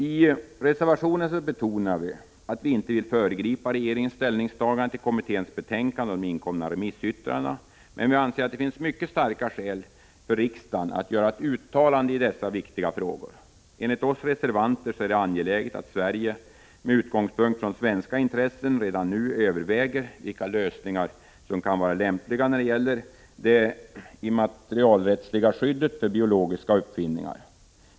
I reservationen betonar vi att vi inte vill föregripa regeringens ställningstagande till kommitténs betänkande om de inkomna remissyttrandena. Men vi anser att det finns mycket starka skäl för riksdagen att göra ett uttalande i dessa viktiga frågor. Enligt oss reservanter är det angeläget att Sverige med utgångspunkt i svenska intressen redan nu överväger vilka lösningar som kan vara lämpliga när det gäller det immaterialrättsliga skyddet för biotekniska uppfinningar.